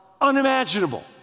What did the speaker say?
unimaginable